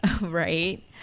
Right